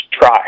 try